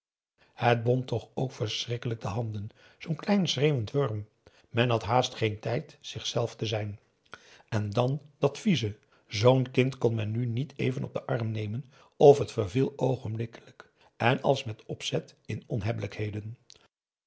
het bond toch ook verschrikkelijk de handen zoo'n klein schreeuwend wurm men had haast geen tijd zich zelf te zijn en dan dat vieze zoo'n kind kon men nu niet even op den arm nemen of het verviel oogenblikkelijk en als met opzet in